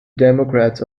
democrats